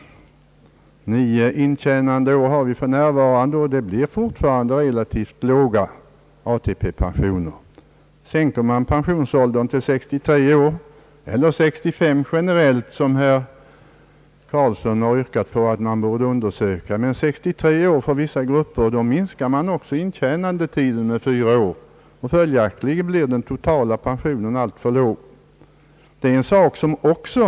Nio intjänandeår är för närvarande det högsta antal som kan uppnås. Det blir fortfarande relativt låga ATP-pensioner. Sänkes pensionsåldern till 63 år för vissa grupper eller till 65 år generellt, som herr Eric Carlsson har yrkat på — minskas intjänandetiden med fyra respektive två år och följaktligen blir den totala pensionen som följd härav i motsvarande grad lägre.